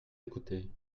écouter